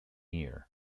year